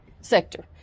sector